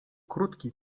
krótki